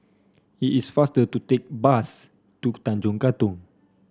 it is faster to take bus to Tanjong Katong